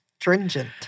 Stringent